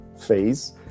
phase